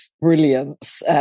brilliance